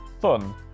Fun